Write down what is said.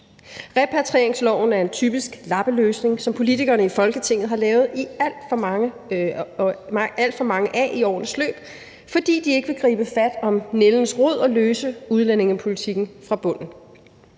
Repatrieringsloven er en typisk lappeløsning, som politikerne i Folketinget har lavet alt for mange af i årenes løb, fordi de ikke vil gribe fat om nældens rod og løse udlændingepolitikken fra bunden.